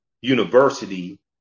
University